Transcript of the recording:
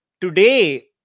today